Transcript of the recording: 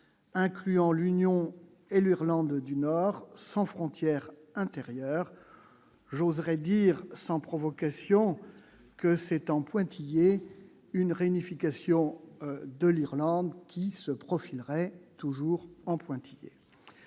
incluant l'Union élu Irlande du Nord sans frontières intérieures, j'oserais dire, sans provocation, que c'est en pointillé, une réunification de l'Irlande, qui se profile toujours en pointillés.